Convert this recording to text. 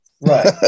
Right